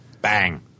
bang